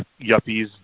yuppies